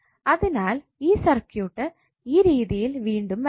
അതിനാൽ ഈ സർക്യൂട്ട് ഈ രീതിയിൽ വീണ്ടും വരയ്ക്കാം